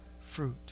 fruit